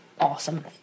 awesome